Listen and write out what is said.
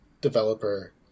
developer